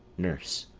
nurse.